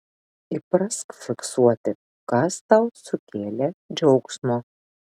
įprask fiksuoti kas tau sukėlė džiaugsmo